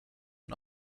and